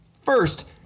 First